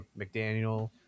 McDaniel